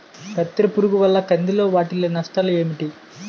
కత్తెర పురుగు వల్ల కంది లో వాటిల్ల నష్టాలు ఏంటి